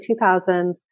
2000s